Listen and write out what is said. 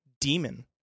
demon